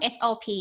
SOP